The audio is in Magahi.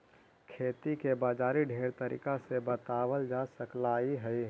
खेती के बाजारी ढेर तरीका से बताबल जा सकलाई हे